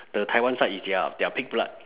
the taiwan side is their their pig blood